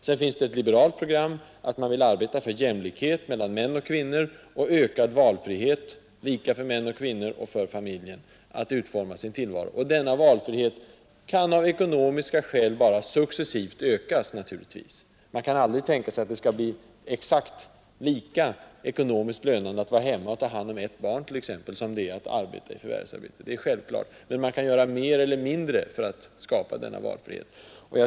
Sedan finns det ett liberalt program — att man vill arbeta för jämlikhet mellan män och kvinnor och ökad valfrihet — lika för män och kvinnor — att utforma sin tillvaro. Denna valfrihet kan naturligtvis av ekonomiska skäl bara successivt ökas. Man kan t.ex. aldrig tänka sig att det skall bli exakt lika ekonomiskt lönande att vara hemma och ta hand om ett enda barn som det är att förvärvsarbeta. Det är självklart. Men man kan göra mer eller mindre för att skapa ökad valfrihet.